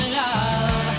love